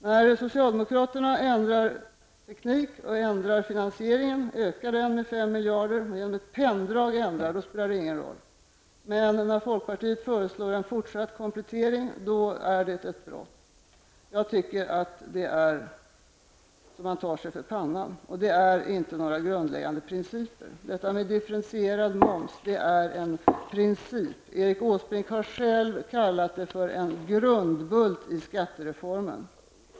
När socialdemokraterna ändrar teknik och ändrar finansieringen, så att det med ett penndrag blir en ökning med fem miljarder kronor spelar det ingen roll. Men när folkpartiet föreslår en fortsatt komplettering är det ett brott. Det är så man kan ta sig för pannan. Det rör sig inte om några grundläggande principer. Differentierad moms är en princip. Erik Åsbrink har själv kallat det för en grundbult i skattereformen.